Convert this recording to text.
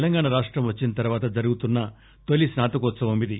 తెలంగాణ రాష్టం వచ్చిన తర్వాత జరుగుతున్న తొలి స్పాతకోత్సవం ఇది